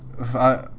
I